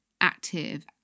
active